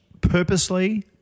purposely